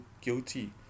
guilty